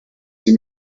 sie